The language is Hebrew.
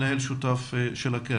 מנהל שותף של הקרן.